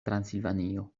transilvanio